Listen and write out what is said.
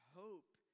hope